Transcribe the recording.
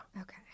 Okay